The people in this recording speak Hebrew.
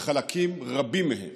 וחלקים רבים מהם,